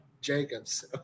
Jacobs